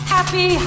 Happy